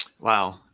wow